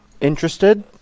Interested